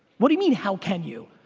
what do you mean how can you?